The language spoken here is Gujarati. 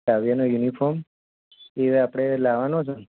કાવ્યાનો યુનિફોમ એ આપણે લાવવાનો છે